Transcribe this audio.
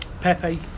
Pepe